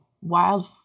wild